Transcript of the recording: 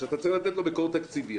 אתה צריך לתת לו מקור תקציבי.